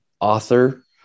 author